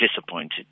disappointed